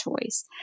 choice